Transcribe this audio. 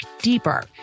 deeper